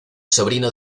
sobrino